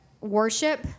worship